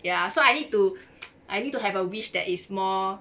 ya so I need to I need to have a wish that is more